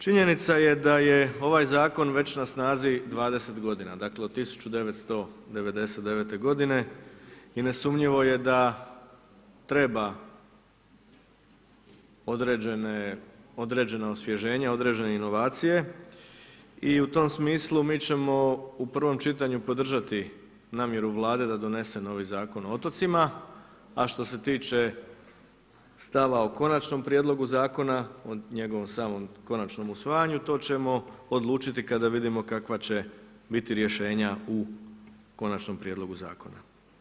Činjenica je da je ovaj zakon već na snazi 20 g. dakle, od 1999. g. i nesumnjivo je da treba određena osvježenja, određene inovacije i u tom smislu, mi ćemo u prvom čitanju podržati namjeru vlade da donese novi Zakon o otocima, a što se tiče stava o konačnom prijedlogu zakona, o njegovom samom konačnom usvajanju, to ćemo odlučiti, kada vidimo kakva će biti rješenja u konačnom prijedlogu zakona.